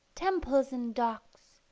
temples and docks.